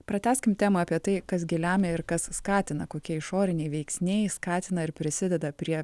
pratęskim temą apie tai kas gi lemia ir kas skatina kokie išoriniai veiksniai skatina ir prisideda prie